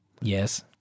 Yes